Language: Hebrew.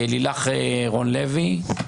לילך רון לוי.